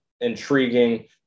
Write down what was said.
intriguing